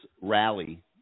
rally